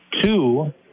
two